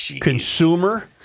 Consumer